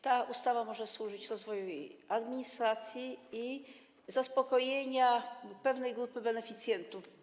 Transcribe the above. Ta ustawa może służyć rozwojowi administracji i zaspokojeniu pewnej grupy beneficjentów.